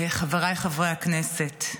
חבריי חברי הכנסת,